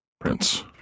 Prince